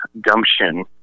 gumption